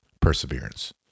perseverance